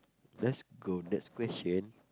let's go next question